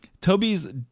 toby's